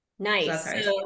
Nice